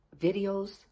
videos